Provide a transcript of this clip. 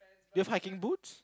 do you have hiking boots